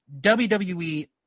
WWE